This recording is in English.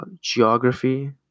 geography